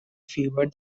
fewer